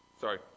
sorry